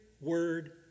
word